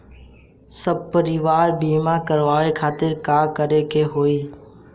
सपरिवार बीमा करवावे खातिर का करे के होई?